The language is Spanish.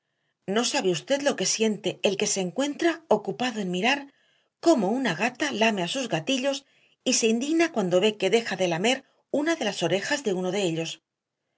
no sabe usted lo que siente el que se encuentra ocupado en mirar cómo una gata lame a sus gatillos y se indigna cuando ve que deja de lamer una de las orejas de uno de ellos